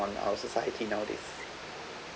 on our society nowadays